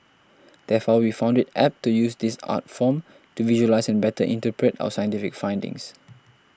therefore we found it apt to use this art form to visualise and better interpret our scientific findings